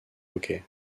hockey